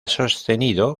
sostenido